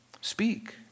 Speak